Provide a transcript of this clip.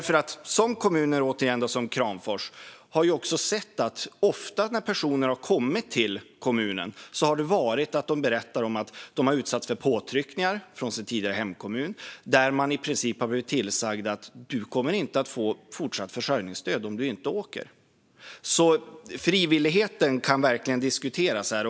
I kommuner som Kramfors, återigen, har personer som kommit till kommunen ofta berättat att de utsatts för påtryckningar från sin tidigare hemkommun. De har i princip blivit tillsagda att de inte kommer att få fortsatt försörjningsstöd om de inte åker. Frivilligheten kan alltså verkligen diskuteras.